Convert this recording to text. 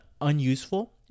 unuseful